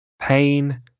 pain